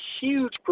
huge